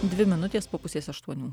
dvi minutės po pusės aštuonių